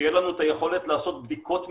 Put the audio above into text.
שיהיה לנו את היכולת לעשות בדיקות מהירות,